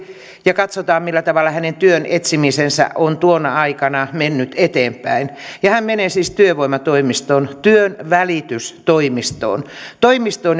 ja katsotaan millä tavalla hänen työn etsimisensä on tuona aikana mennyt eteenpäin hän menee siis työvoimatoimistoon työnvälitystoimistoon toimistoon